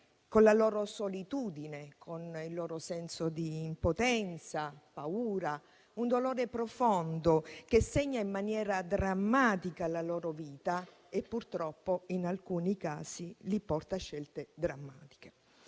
con la loro solitudine, con il loro senso di impotenza, di paura, un dolore profondo che segna in maniera drammatica la loro vita e purtroppo, in alcuni casi, li porta a scelte drammatiche.